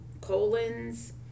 colons